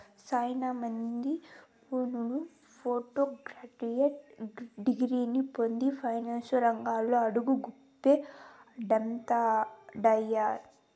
సేనా మంది నిపుణులు పోస్టు గ్రాడ్యుయేట్ డిగ్రీలని పొంది ఫైనాన్సు రంగంలో అడుగుపెడతండారు